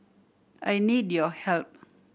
I need your help